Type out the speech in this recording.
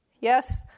Yes